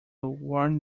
warn